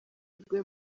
rwe